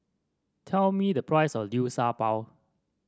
tell me the price of Liu Sha Bao